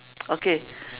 okay